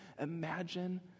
Imagine